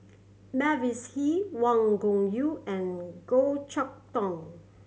Mavis Hee Wang Gungwu and Goh Chok Tong